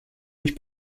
mich